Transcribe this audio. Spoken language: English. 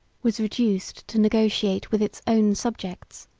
was reduced to negotiate with its own subjects,